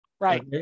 right